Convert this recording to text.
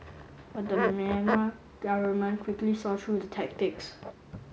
but the Myanmar government quickly saw through the tactics